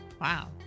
wow